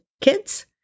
kids